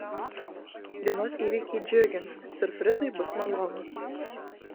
dienos įvykiai džiugins siurprizai bus malonūs